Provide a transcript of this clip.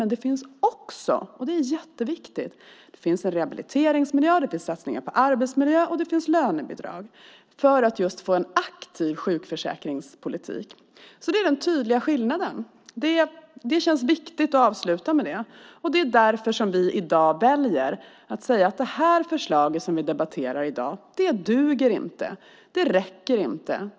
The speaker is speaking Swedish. Men det finns också - det är jätteviktigt - en rehabiliteringsmiljard, satsningar på arbetsmiljö och lönebidrag för att få en aktiv sjukförsäkringspolitik. Det är den tydliga skillnaden. Det känns viktigt att avsluta med det. Det är därför som vi i dag väljer att säga att det förslag som vi debatterar i dag inte duger. Det räcker inte.